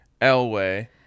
Elway